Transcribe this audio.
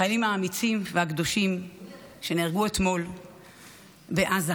החיילים האמיצים והקדושים שנהרגו אתמול בעזה